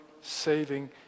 saving